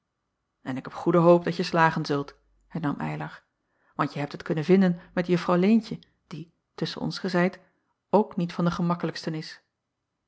n ik heb goede hoop dat je slagen zult hernam ylar want je hebt het kunnen vinden met uffrouw eentje die tusschen ons gezeid ook niet van de gemakkelijksten is